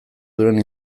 duen